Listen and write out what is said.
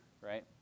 right